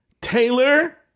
Taylor